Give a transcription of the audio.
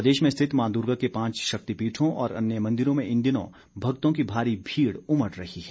प्रदेश में स्थित मां दुर्गा के पांच शक्तिपीठों और अन्य मंदिरों में इन दिनों भक्तों की भारी भीड़ उमड़ रही है